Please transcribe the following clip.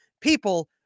people